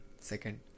Second